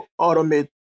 automate